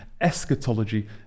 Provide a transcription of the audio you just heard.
Eschatology